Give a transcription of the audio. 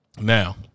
Now